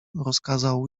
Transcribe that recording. rozkazał